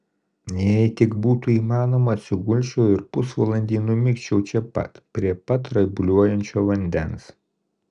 jei tik būtų įmanoma atsigulčiau ir pusvalandį numigčiau čia pat prie pat raibuliuojančio vandens